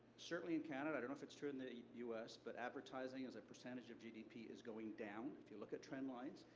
certainly in canada, i don't know if it's true in the us, but advertising as a percentage of gdp is going down. if you look at trend lines,